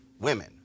women